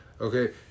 Okay